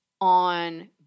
on